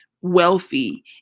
wealthy